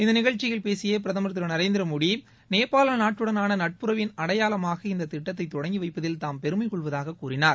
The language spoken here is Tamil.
இந்த நிகழ்ச்சியில் பேசிய பிரதம் திரு நரேந்திரமோடி நேபாள் நாட்டுடனான நட்புறவின் அடையாளமாக இந்தத் திட்டத்தை தொடங்கி வைப்பதில் தாம் பெருமை கொள்வதாகக் கூறியுள்ளார்